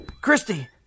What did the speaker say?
Christy